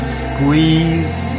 squeeze